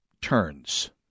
turns